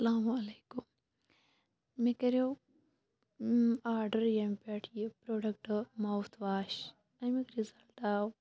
اَسلامُ علیکُم مےٚ کَریو آرڈَر ییٚمہِ پیٹھٕ یہِ پروڈَکٹ ماوُتھ واش امیُک رِزَلٹ آو